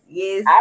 yes